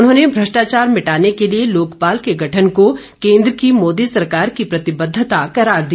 उन्होंने भ्रष्टाचार मिटाने के लिए लोकपाल के गठन को केंद्र की मोदी सरकार की प्रतिबद्धता करार दिया